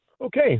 Okay